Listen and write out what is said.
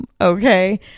Okay